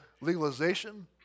legalization